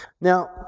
Now